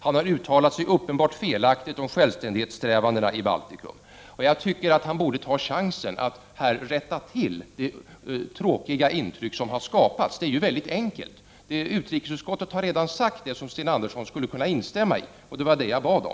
Han har uttalat sig uppenbart felaktigt om självständighetsträvandena i Baltikum. Jag tycker att han borde ta chansen att här rätta till det tråkiga intryck som har skapats. Det är ju mycket enkelt. Utrikesutskottet har redan sagt det som Sten Andersson skulle kunna instämma i, och det var detta jag bad om.